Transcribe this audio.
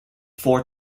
four